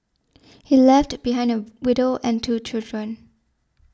he left behind a widow and two children